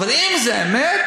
אבל אם זה אמת,